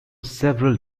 several